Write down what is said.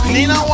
Nina